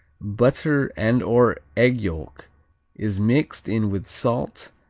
butter and or egg yolk is mixed in with salt,